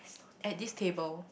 at this table